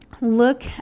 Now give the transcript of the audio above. look